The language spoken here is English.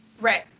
Right